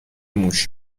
موش